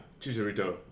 Chicharito